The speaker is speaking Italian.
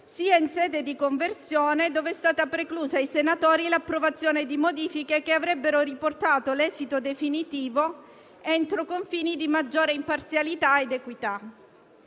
sia alla fase di conversione, nella quale è stata preclusa ai senatori l'approvazione di modifiche che avrebbero riportato l'esito definitivo entro confini di maggiore imparzialità ed equità.